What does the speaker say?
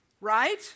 right